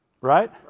Right